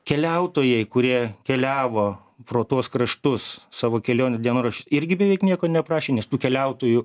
keliautojai kurie keliavo pro tuos kraštus savo kelionių dienoraščių irgi beveik nieko neaprašė nes tų keliautojų